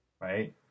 right